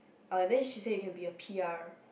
(uh)then she say you can be a P_R